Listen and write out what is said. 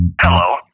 Hello